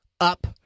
up